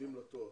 ולימודים לתואר.